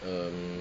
um